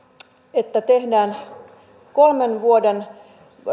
että tehdään kolmen vuoden